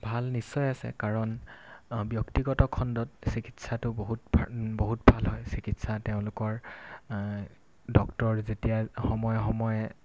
ভাল নিশ্চয় আছে কাৰণ ব্যক্তিগত খণ্ডত চিকিৎসাটো বহুত ভা বহুত ভাল হয় চিকিৎসা তেওঁলোকৰ ডক্টৰ যেতিয়া সময়ে সময়ে